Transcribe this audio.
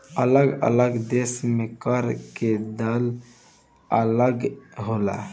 अलग अलग देश में कर के दर अलग होला